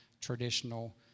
traditional